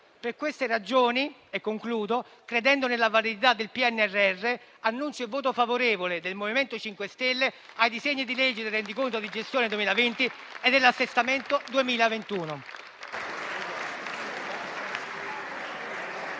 Per queste ragioni, credendo nella validità del PNRR, annunzio il voto favorevole del MoVimento 5 Stelle sui disegni di legge Rendiconto di gestione 2020 e assestamento 2021.